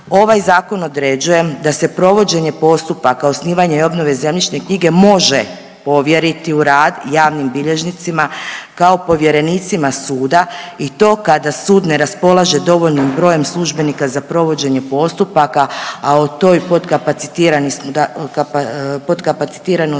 Ovaj zakon određuje sa se provođenje postupaka, osnivanje i obnove zemljišne knjige može povjeriti u rad javnim bilježnicima kao povjerenicima suda i to kada sud ne raspolaže dovoljnim brojem službenika za provođenje postupaka, a o toj potkapacitiranosti